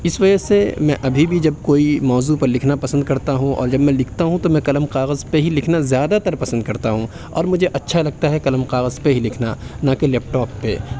اس وجہ سےمیں ابھی بھی جب کوئی موضوع پہ لکھنا پسند کرتا ہوں اور جب میں لکھتا ہوں تو میں قلم کاغذ پہ ہی لکھنا زیادہ تر پسند کرتا ہوں اور مجھے اچھا لگتا ہے قلم کاغذ پہ ہی لکھنا نہ کہ لیپ ٹاپ پہ